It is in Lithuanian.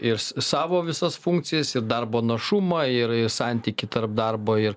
ir s savo visas funkcijas ir darbo našumą ir i santykį tarp darbo ir